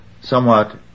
somewhat